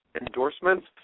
endorsements